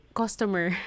customer